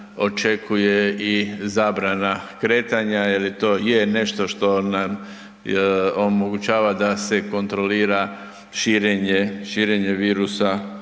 očekuje i zabrana kretanja jer to je nešto što nam omogućava da se kontrolira širenje virusa